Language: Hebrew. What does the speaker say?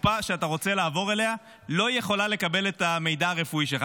הקופה שאתה רוצה לעבור אליה לא יכולה לקבל את המידע הרפואי שלך.